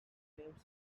name